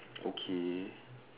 okay